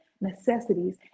necessities